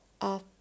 up